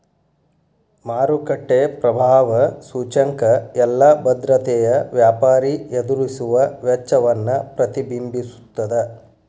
ಮಾರುಕಟ್ಟೆ ಪ್ರಭಾವ ಸೂಚ್ಯಂಕ ಎಲ್ಲಾ ಭದ್ರತೆಯ ವ್ಯಾಪಾರಿ ಎದುರಿಸುವ ವೆಚ್ಚವನ್ನ ಪ್ರತಿಬಿಂಬಿಸ್ತದ